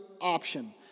option